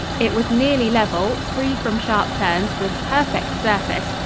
it was nearly level, free from sharp turns, with perfect surface,